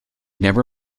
never